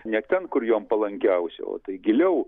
ne ten kur jom palankiausia o tai giliau